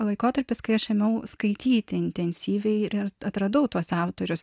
laikotarpis kai aš ėmiau skaityti intensyviai ir atradau tuos autorius